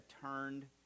turned